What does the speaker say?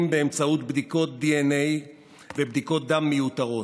באמצעות בדיקות דנ"א ובדיקות דם מיותרות.